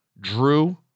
Drew